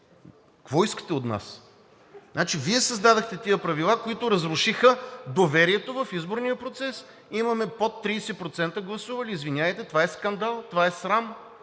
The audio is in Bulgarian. Какво искате от нас? Вие създадохте тези правила, които разрушиха доверието в изборния процес. Имаме под 30% гласували. Извинявайте, това е скандал, това е срам!